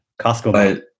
Costco